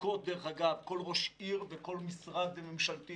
המצוקות כל ראש עיר וכל משרד ממשלתי,